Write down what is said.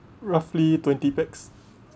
roughly twenty pax